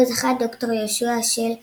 בו זכה ד"ר יהושע השל ייבין,